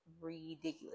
ridiculous